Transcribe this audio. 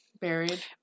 buried